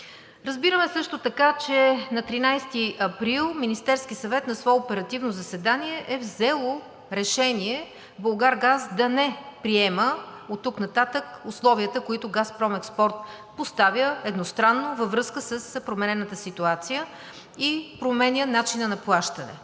Разбираме също така, че Министерският съвет на 13 април на свое оперативно заседание е взел решение „Булгаргаз“ да не приема оттук нататък условията, които „Газпром Експорт“ поставя едностранно, във връзка с променената ситуация и променения начин на плащане.